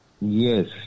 Yes